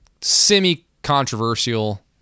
semi-controversial